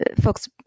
folks